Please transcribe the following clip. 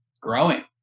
growing